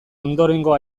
ondorengo